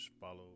follow